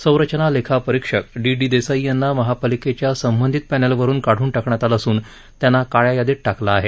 संरचना लेखापरीक्षक D D Desai यांना महापालिकेच्या संबंधित पॅनलवरून काढून टाकण्यात आलं असून त्यांना काळ्या यादीत टाकलं आहे